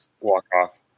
Walk-off